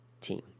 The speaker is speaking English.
team